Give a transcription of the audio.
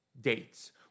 dates